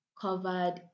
covered